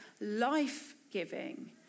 life-giving